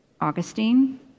Augustine